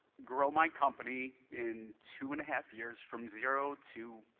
grow my company in two and a half years from zero to